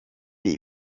les